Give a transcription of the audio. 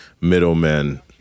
middlemen